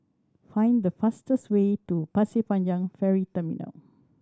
find the fastest way to Pasir Panjang Ferry Terminal